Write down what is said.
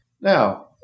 Now